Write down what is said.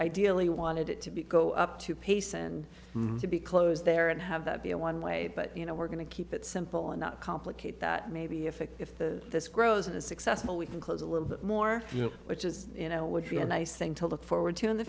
ideally wanted it to be go up to pace and be close there and have that be a one way but you know we're going to keep it simple and not complicate that maybe if it if this grows as successful we can close a little bit more which is you know would be a nice thing to look forward to in the